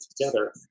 together